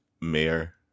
mayor